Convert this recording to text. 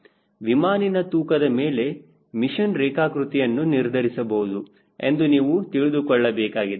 ವಿಮಾನಿನ ತೂಕದ ಮೇಲೆ ಮಿಷನ್ ರೇಖಾಕೃತಿಯನ್ನು ನಿರ್ಧರಿಸಬಹುದು ಎಂದು ನೀವು ತಿಳಿದುಕೊಳ್ಳಬೇಕಾಗಿದೆ